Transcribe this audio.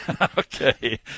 Okay